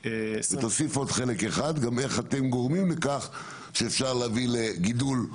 תוסיף עוד חלק אחד גם איך אתם גורמים לכך שאפשר להביא לגידול.